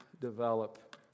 develop